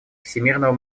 всемирного